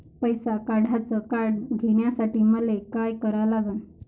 पैसा काढ्याचं कार्ड घेण्यासाठी मले काय करा लागन?